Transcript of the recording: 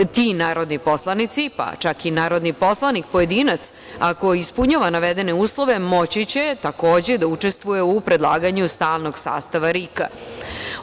Ti narodni poslanici, pa čak i narodni poslanik pojedinac, ako ispunjava navedene uslove, moći će da učestvuje u predlaganju stalnog sastava RIK-a.